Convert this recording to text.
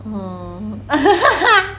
um